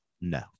No